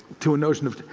to a notion of,